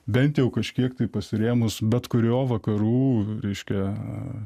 bent jau kažkiek tai pasirėmus bet kurio vakarų reiškia